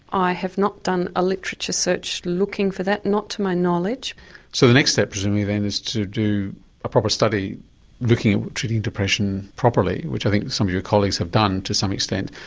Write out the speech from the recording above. i have not done a literature search looking for that, not to my knowledge so the next step, presumably then, is to do a proper study looking at treating depression properly, which i think some of your colleagues have done to some extent,